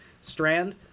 Strand